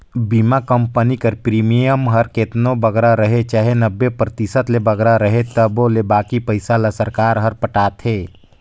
बीमा कंपनी कर प्रीमियम हर केतनो बगरा रहें चाहे नब्बे परतिसत ले बगरा रहे तबो ले बाकी पइसा ल सरकार हर पटाथे